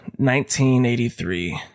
1983